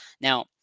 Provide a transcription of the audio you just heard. now